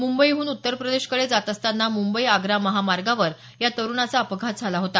मुंबईहून उत्तर प्रदेशकडे जात असतांना मुंबई आग्रा महामार्गावर या तरुणाचा अपघात झाला होता